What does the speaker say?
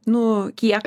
nu kiek